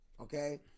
Okay